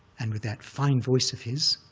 and with that fine voice of his,